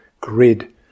grid